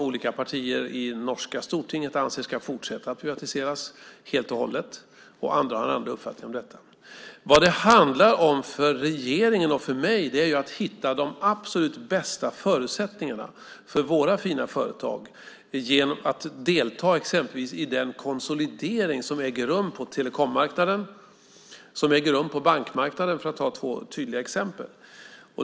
Olika partier i norska stortinget anser att de ska fortsätta att privatiseras helt och hållet. Andra har andra uppfattningar om detta. Vad det handlar om för regeringen och för mig är att hitta de absolut bästa förutsättningarna för våra fina företag genom att delta exempelvis i den konsolidering som äger rum på telekommarknaden och som äger rum på bankmarknaden, för att ta två tydliga exempel.